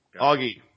Augie